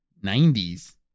90s